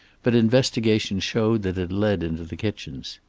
but investigation showed that it led into the kitchens.